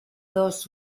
dos